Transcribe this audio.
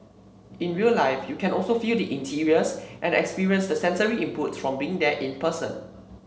in real life you can also feel the interiors and experience the sensory inputs from being there in person